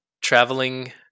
traveling